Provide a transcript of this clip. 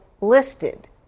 listed